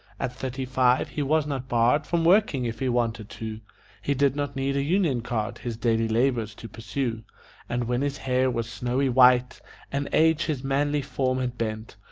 at thirty-five he was not barred from working if he wanted to he did not need a union card his daily labors to pursue and when his hair was snowy white and age his manly form had bent,